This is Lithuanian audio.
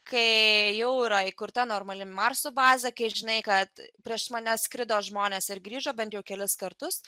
kai jau yra įkurta normali marso bazė kai žinai kad prieš mane skrido žmonės ir grįžo bent jau kelis kartus